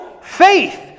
faith